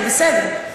זה בסדר.